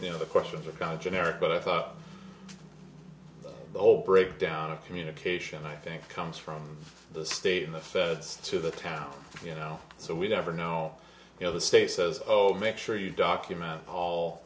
you know the questions are about generic but i thought the old brick down of communication i think comes from the state and the feds to the town you know so we never know you know the state says oh make sure you document all